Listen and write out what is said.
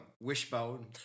Wishbone